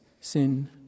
sin